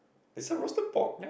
they sell roasted pork